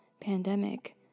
pandemic